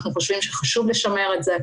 אנחנו חושבים שחשוב לשמר את זה.